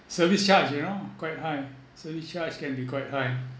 service charge you know quite high service charge can be quite high